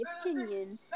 opinion